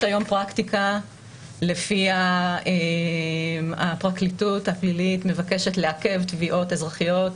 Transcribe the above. יש היום פרקטיקה לפיה הפרקליטות הפלילית מבקשת לעכב תביעות אזרחיות